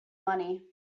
money